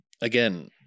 again